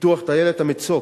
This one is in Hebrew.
פיתוח טיילת "המצוק"